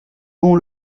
bon